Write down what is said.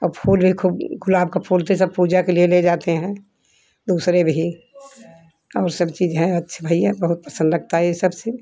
आपको देखा गुलाब का फूल तो सब पूजा के लिए ले जाते हैं दूसरे भी और सब चीज़ है भैया बहुत पसंद लगता है सबसे